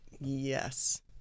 Yes